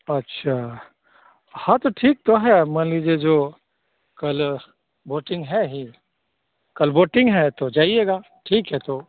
अच्छा हाँ तो ठीक तो है मान लीजिए जो कल वोटिंग है ही कल वोटिंग है तो जाइएगा ठीक है तो